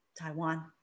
Taiwan